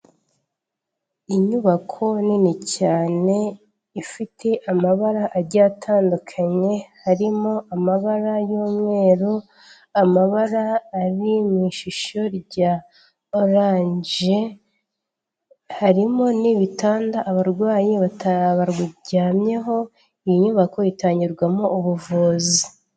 Inyubako nini cyane ifite amabara agiye atandukanye, harimo amabara y'umweru, amabara ari mu ishusho rya oranje, harimo n'ibitanda abarwayi baryamyeho, iyi nyubako itangirwamo ubuvuzi.